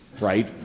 right